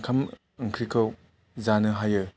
ओंखाम ओंख्रिखौ जानो हायो